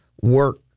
work